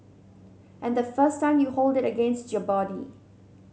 and the first time you hold it against your body